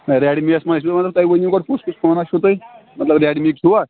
Redmi یَس منٛز چھُ مطلب تُہۍ ؤنِو گۄڈٕ کُس کُس فوناہ چھُو تُہۍ مطلب ریڈمِی یُک چھُوا